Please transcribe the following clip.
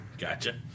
Gotcha